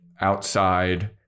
outside